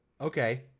okay